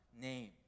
name